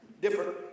Different